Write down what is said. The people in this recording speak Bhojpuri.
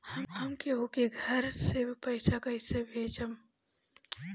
हम केहु के घर से पैसा कैइसे भेजम?